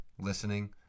listening